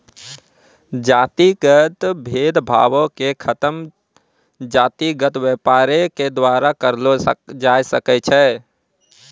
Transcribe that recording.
जातिगत भेद भावो के खतम जातिगत व्यापारे के द्वारा करलो जाय सकै छै